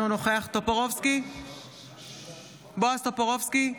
אינו נוכח בועז טופורובסקי,